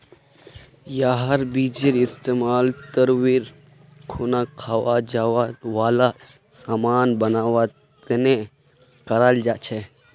यहार बीजेर इस्तेमाल व्रतेर खुना खवा जावा वाला सामान बनवा तने कराल जा छे